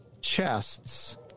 chests